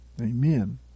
Amen